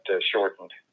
shortened